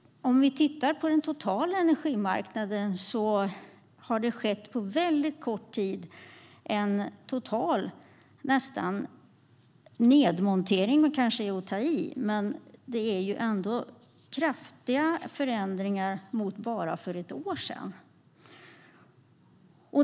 Om vi tittar på den totala energimarknaden ser vi att det på mycket kort tid har skett en nästan total nedmontering, fast det kanske är att ta i. Men det är ändå kraftiga förändringar jämfört med för bara ett år sedan.